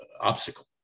obstacle